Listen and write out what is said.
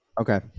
Okay